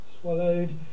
swallowed